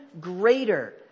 greater